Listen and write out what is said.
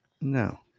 No